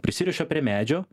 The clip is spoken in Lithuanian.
prisiriša prie medžio